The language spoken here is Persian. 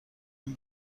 اون